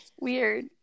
weird